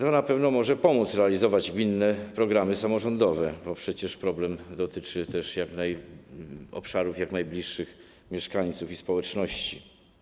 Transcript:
To na pewno może pomóc realizować gminne programy samorządowe, bo przecież problem dotyczy też obszarów jak najbliższych mieszkańcom i społeczności.